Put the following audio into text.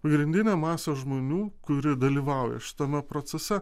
pagrindinė masė žmonių kuri dalyvauja šitame procese